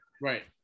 Right